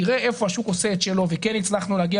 תראה היכן השוק עושה את שלו וכן הצלחנו להגיע